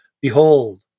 Behold